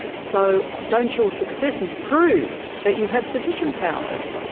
so, don't your successes prove that you have sufficient powers?